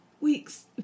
Weeks